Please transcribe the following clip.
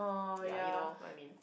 like you know what I mean